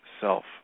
self